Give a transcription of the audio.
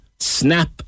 Snap